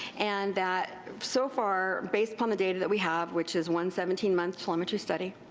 and that so far based upon the data that we have, which is one seventeen month telemetry study,